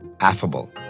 affable